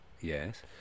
Yes